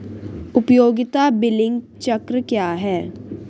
उपयोगिता बिलिंग चक्र क्या है?